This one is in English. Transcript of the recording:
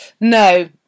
No